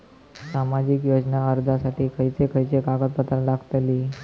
सामाजिक योजना अर्जासाठी खयचे खयचे कागदपत्रा लागतली?